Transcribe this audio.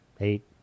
eight